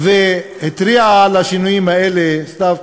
והתריעה על השינויים האלה סתיו,